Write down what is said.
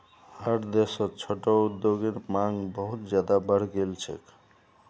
हर देशत छोटो उद्योगेर मांग बहुत ज्यादा बढ़ गेल छेक